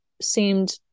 seemed